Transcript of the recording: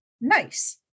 Nice